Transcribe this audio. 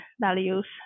values